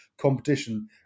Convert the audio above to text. competition